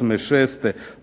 2008.,